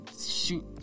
shoot